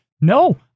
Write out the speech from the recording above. No